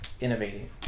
innovating